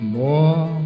more